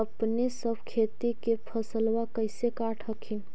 अपने सब खेती के फसलबा कैसे काट हखिन?